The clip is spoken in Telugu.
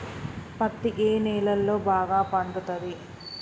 పత్తి ఏ నేలల్లో బాగా పండుతది?